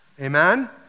Amen